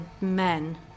men